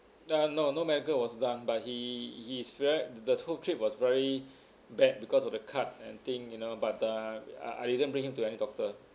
uh no no medical done but he he is very the whole trip was very bad because of the cut and thing you know but uh I I didn't bring him to any doctor